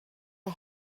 der